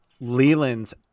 Leland's